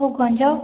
ଆଉ ଗଞ୍ଜ